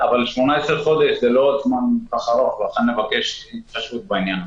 אבל 18 חודשים זו לא זמן כל כך ארוך ולכן נבקש התחשבות בעניין.